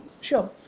Sure